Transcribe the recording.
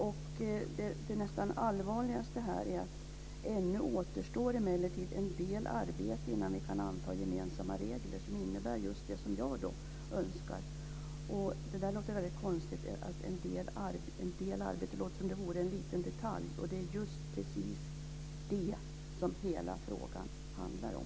Det allvarligaste är att det ännu återstår en del arbete innan vi kan anta gemensamma regler som innebär just det jag önskar. Det låter konstigt. "En del arbete" låter som om det vore fråga om en liten detalj. Det är just precis det som hela frågan handlar om.